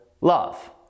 love